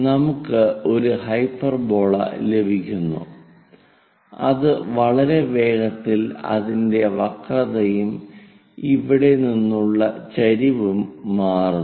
നമുക്ക് ഒരു ഹൈപ്പർബോള ലഭിക്കുന്നു അത് വളരെ വേഗത്തിൽ അതിന്റെ വക്രതയും ഇവിടെ നിന്നുള്ള ചരിവും മാറുന്നു